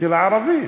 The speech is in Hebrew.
אצל הערבים,